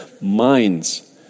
minds